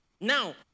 Now